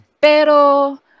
Pero